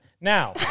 Now